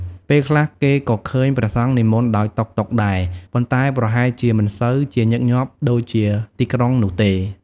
ពេលខ្លះ គេក៏ឃើញព្រះសង្ឃនិមន្តដោយតុកតុកដែរ ប៉ុន្តែប្រហែលជាមិនសូវជាញឹកញាប់ដូចជាទីក្រុងនោះទេ។